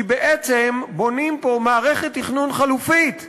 כי בעצם בונים פה מערכת תכנון חלופית,